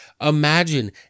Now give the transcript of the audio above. Imagine